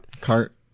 cart